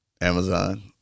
Amazon